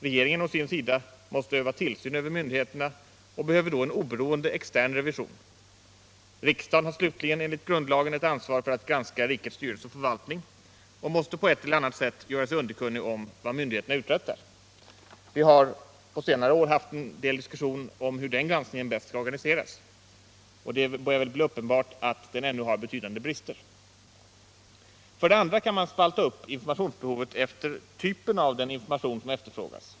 Regeringen å sin sida måste öva tillsyn över myndigheterna och behöver då en oberoende extern revision. Riksdagen slutligen har enligt grundlagen ett ansvar när det gäller att granska rikets styrelse och förvaltning och måste på ett eller annat sätt göra sig underkunnig om vad myndigheterna uträttar. På senare år har vi haft en del diskussioner om hur den granskningen bäst skall organiseras —det börjar väl bli uppenbart att den ännu har betydande brister. För det andra kan man spalta upp informationsbehovet efter typen av den information som efterfrågas.